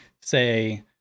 say